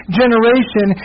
generation